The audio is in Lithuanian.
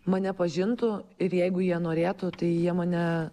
mane pažintų ir jeigu jie norėtų tai jie mane